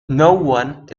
noone